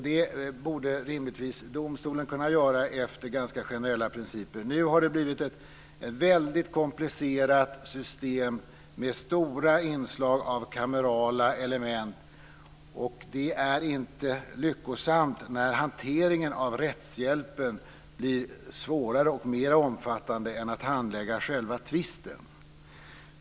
Det borde rimligtvis domstolen kunna göra efter ganska generella principer. Nu har det blivit ett väldigt komplicerat system, med stora inslag av kamerala element. Det är inte lyckosamt när hanteringen av rättshjälpen blir svårare och mera omfattande än att handlägga själva tvisten.